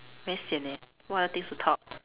very sian eh what other things to talk